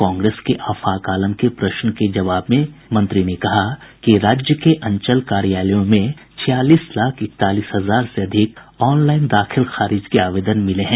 कांग्रेस के आफाक आलम के प्रश्न के जवाब में राजस्व और भूमि सुधार मंत्री ने कहा कि राज्य के अंचल कार्यालयों में छियालीस लाख इकतालीस हजार से अधिक ऑनलाईन दाखिल खारिज के आवेदन मिले हैं